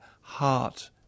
heart